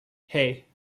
hey